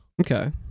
Okay